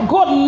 God